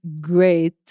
great